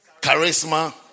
Charisma